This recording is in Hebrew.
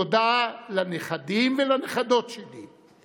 תודה לנכדים ולנכדות שלי.